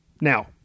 Now